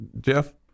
Jeff